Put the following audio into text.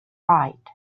right